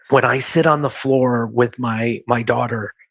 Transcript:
when i sit on the floor with my my daughter,